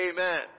Amen